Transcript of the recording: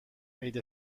عید